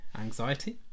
anxiety